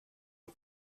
und